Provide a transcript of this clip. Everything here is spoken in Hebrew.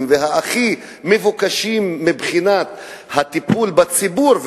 והכי מבוקשים מבחינת הטיפול בציבור,